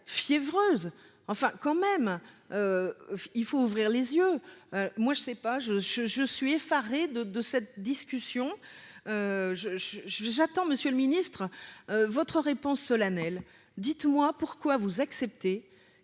fiévreuse, enfin quand même il faut ouvrir les yeux, moi je ne sais pas je, je, je suis effaré de de cette discussion, je, je, j'attends, Monsieur le Ministre, votre réponse solennelle, dites-moi pourquoi vous acceptez